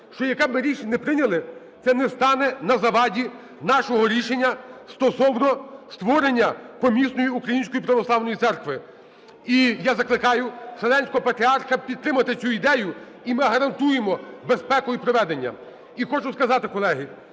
що яке б ми рішення не прийняли, це не стане на заваді нашого рішення стосовно створення помісної української православної церкви. І я закликаю Вселенського Патріарха підтримати цю ідею. І ми гарантуємо безпеку і проведення. І хочу сказати, колеги,